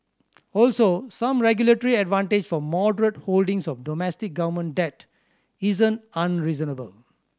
also some regulatory advantage for moderate holdings of domestic government debt isn't unreasonable